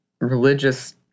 religious